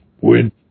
win